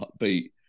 upbeat